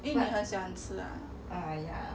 I think 你很喜欢吃